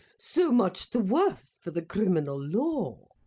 so much the worse for the criminal law.